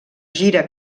gira